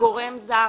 גורם זר